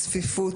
צפיפות,